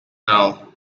now